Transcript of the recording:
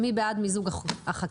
במדרג השני,